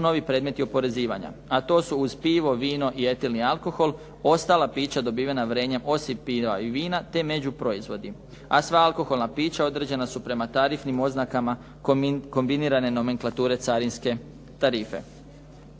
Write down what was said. novi predmeti oporezivanja, a to su uz pivo, vino i etilni alkohol, ostala pića dobivena vrenjem, osim piva i vina te međuproizvodi, a sva alkoholna pića određena su prema tarifnim oznakama kombinirane nomenklature carinske tarife.